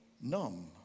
numb